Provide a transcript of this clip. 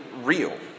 real